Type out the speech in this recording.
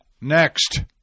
Next